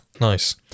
Nice